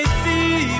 see